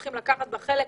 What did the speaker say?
צריכים לקחת בה חלק.